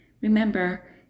Remember